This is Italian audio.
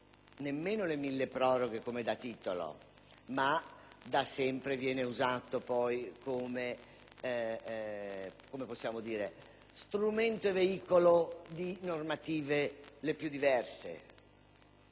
nemmeno le mille proroghe come da titolo, ma da sempre viene usato come strumento e veicolo di normative le più diverse.